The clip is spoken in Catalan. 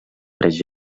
tres